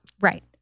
Right